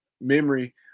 memory